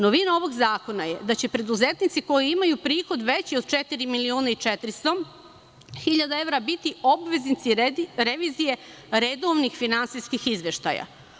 Novina ovog zakona je da će preduzetnici koji imaju prihod veći od 4.400.000 evra biti obveznici revizije redovnih finansijskih izveštaja.